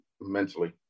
mentally